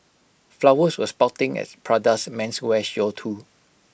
flowers were sprouting at Prada's menswear show too